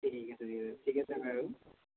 ঠিক আছে ঠিক আছে ঠিক আছে বাৰু